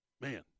Man